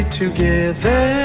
together